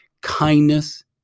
Kindness